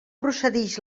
procedix